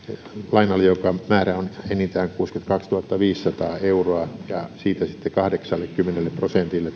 lainalle jonka määrä on enintään kuusikymmentäkaksituhattaviisisataa euroa ja siitä sitten kahdeksallekymmenelle prosentille